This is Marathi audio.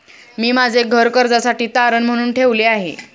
मी माझे घर कर्जासाठी तारण म्हणून ठेवले आहे